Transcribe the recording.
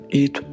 eat